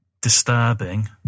disturbing